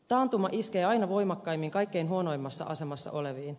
taantuma iskee aina voimakkaimmin kaikkein huonoimmassa asemassa oleviin